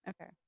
Okay